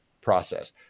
process